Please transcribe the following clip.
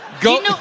Go